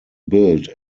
billed